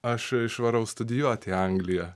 aš išvarau studijuot į angliją